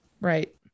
Right